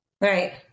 Right